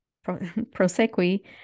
prosequi